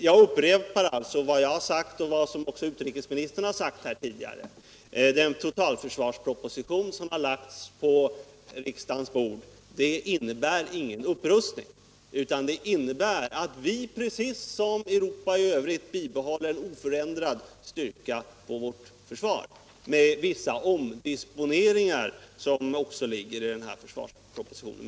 Jag upprepar vad jag och även utrikesministern tidigare sagt: Den totalförsvarsproposition som lagts på riksdagens bord innebär ingen upprustning, utan den innebär att vi precis som Europa i övrigt bibehåller oförändrad styrka på vårt försvar, med vissa omdisponeringar, som också föreslås i försvarspropositionen.